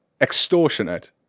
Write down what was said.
extortionate